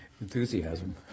enthusiasm